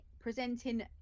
presenting